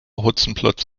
hotzenplotz